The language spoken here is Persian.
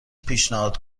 پیشنهاد